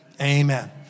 amen